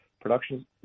production